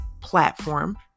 platform